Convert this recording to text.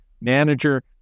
manager